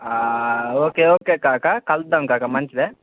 okay okay కాకా కలుద్దాం కాకా మంచిదే